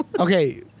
Okay